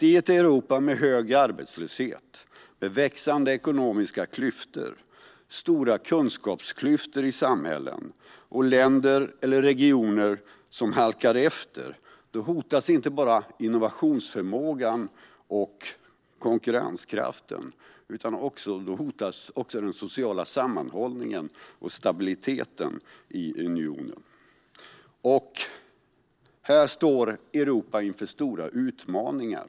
I ett Europa med hög arbetslöshet, växande ekonomiska klyftor, stora kunskapsklyftor i samhällen samt länder eller regioner som halkar efter hotas alltså inte bara innovationsförmågan och konkurrenskraften utan också den sociala sammanhållningen och stabiliteten i unionen. Här står Europa inför stora utmaningar.